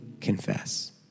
confess